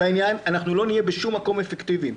אנחנו לא נהיה בשום מקום אפקטיבי.